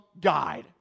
guide